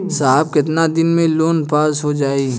साहब कितना दिन में लोन पास हो जाई?